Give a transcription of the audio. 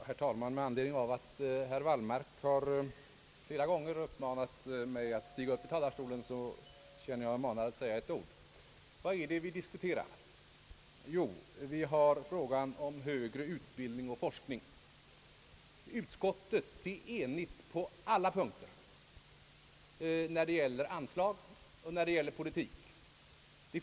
Herr talman! Eftersom herr Wallmark flera gånger har uppmanat mig att stiga upp i talarstolen, ser jag mig nödsakad att säga några ord. Vad är det vi diskuterar? Jo, det är frågan om högre utbildning och forskning. Utskottet är enigt på alla punkter som rör anslag och politik.